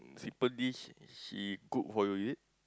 simple dish she cook for you is it